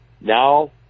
Now